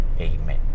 Amen